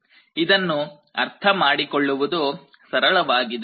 ಇದನ್ನು ಅರ್ಥಮಾಡಿಕೊಳ್ಳುವುದು ಸರಳವಾಗಿದೆ